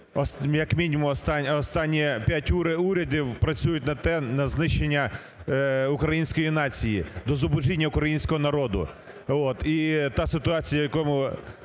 як мінімум останні п'ять урядів працюють на те… на знищення української нації, до зубожіння українського народу.